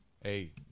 Hey